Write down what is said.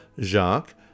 Jacques